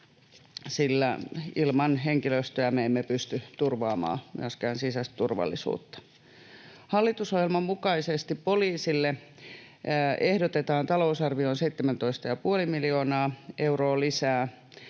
sillä ilman henkilöstöä me emme pysty turvaamaan myöskään sisäistä turvallisuutta. Hallitusohjelman mukaisesti poliisille ehdotetaan talousarvioon 17,5 miljoonaa euroa lisää.